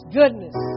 goodness